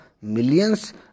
millions